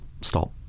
stop